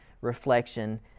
reflection